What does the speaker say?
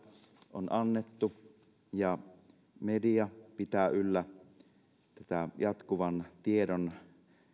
on annettu ja media pitää yllä tätä jatkuvan tiedon